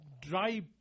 dry